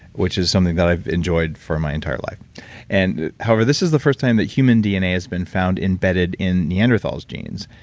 which is something that i've enjoyed for my entire life and however, this is the first time that human dna has been found embedded in neanderthal's genes,